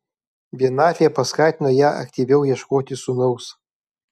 vienatvė paskatino ją aktyviau ieškoti sūnaus